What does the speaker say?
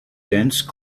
dense